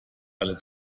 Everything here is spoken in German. alle